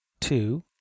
two